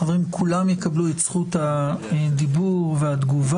חברים, כולם יקבלו את זכות הדיבור והתגובה.